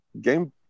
game